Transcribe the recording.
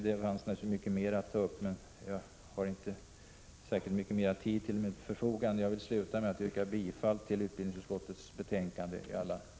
Det finns naturligtvis mycket mer att ta upp, men jag har inte mera tid till förfogande. Jag yrkar bifall till utskottets hemställan i alla dess delar.